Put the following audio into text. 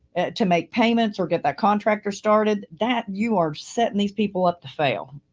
to make payments or get that contractor started, that you are setting these people up to fail,